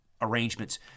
arrangements